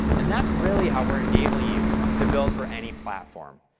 and that's really how we're enabling you to build for any platform.